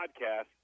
Podcast